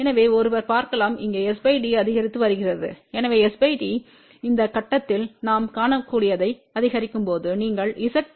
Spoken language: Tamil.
எனவே ஒருவர் பார்க்கலாம் இங்கே s d அதிகரித்து வருகிறது எனவே s d இந்த கட்டத்தில் நாம் காணக்கூடியதை அதிகரிக்கும்போது நீங்கள் Z